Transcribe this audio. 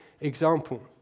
example